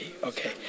Okay